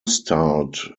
starred